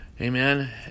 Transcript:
Amen